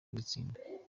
kuyitsinda